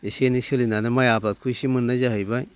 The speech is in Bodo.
एसे एनै सोलिनानै माइ आबादखौ एसे मोननाय जाहैबाय